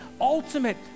ultimate